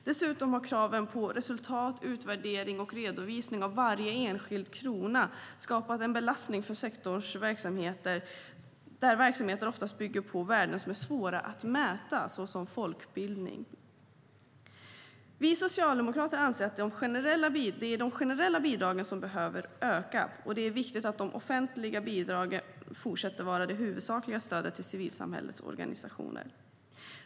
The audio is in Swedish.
Dessutom har kraven på resultat, utvärdering och redovisning av varje enskild krona skapat en belastning för en sektor vars verksamheter ofta bygger på värden som är svåra att mäta, såsom folkbildning. Vi socialdemokrater anser att det är de generella bidragen som behöver öka, och det är viktigt att de offentliga bidragen fortsätter att vara det huvudsakliga stödet till civilsamhällets organisationer.